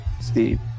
Steve